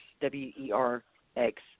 W-E-R-X